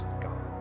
God